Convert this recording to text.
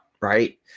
right